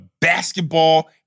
basketball